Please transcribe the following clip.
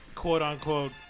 quote-unquote